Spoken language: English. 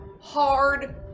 hard